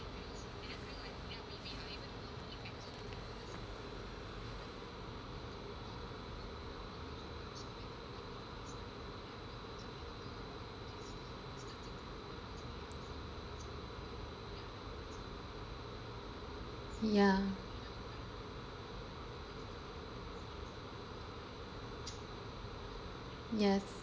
ya yes